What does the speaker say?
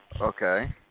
Okay